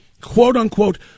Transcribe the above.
quote-unquote